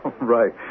Right